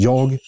Jag